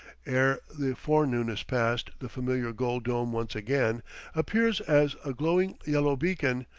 ere the forenoon is passed the familiar gold dome once again appears as a glowing yellow beacon,